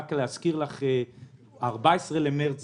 אני רק רוצה להזכיר לך את 14 במרץ.